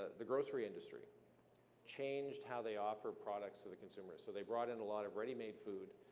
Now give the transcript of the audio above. the grocery industry changed how they offer products to the consumer. so they brought in a lot of ready made food,